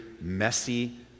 messy